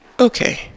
Okay